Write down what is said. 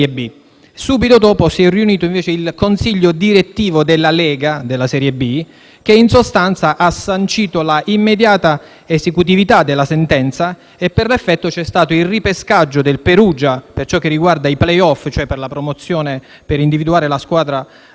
B. Subito dopo si è riunito il consiglio direttivo della Lega serie B, che in sostanza ha sancito l'immediata esecutività della sentenza e per l'effetto c'è stato il ripescaggio del Perugia per ciò che riguarda i *playoff*, cioè per individuare la squadra